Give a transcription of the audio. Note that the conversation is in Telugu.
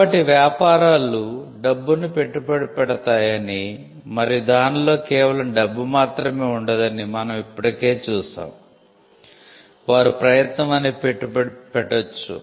కాబట్టి వ్యాపారాలు డబ్బును పెట్టుబడి పెడతాయని మరియు దానిలో కేవలం డబ్బు మాత్రమే ఉండదని మనం ఇప్పటికే చూశాము వారు ప్రయత్నం అనే పెట్టుబడి పెట్టొచ్చు